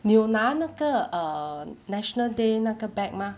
你有拿那个 err national day 那个 bag 吗